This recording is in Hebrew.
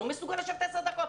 לא מסוגל לשבת עשר דקות,